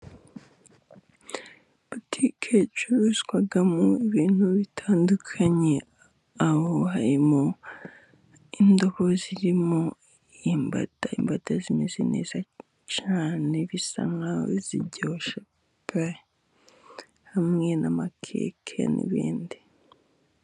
Botiki icurizwamo ibintu bitandukanye, aho harimo indobo zirimo imbada, imbada zimeze neza cyane, bisa nkaho ziryoshye pe, hamwe n'amakeke n'ibindi.